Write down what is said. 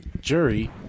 jury